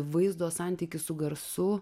vaizdo santykis su garsu